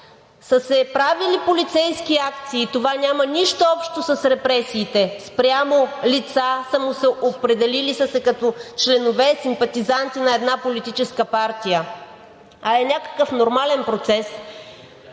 са се правили полицейски акции – това няма нищо общо с репресиите спрямо лица, самоопределили се като членове, симпатизанти на една политическа партия, а е някакъв нормален процес.